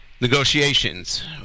negotiations